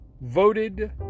voted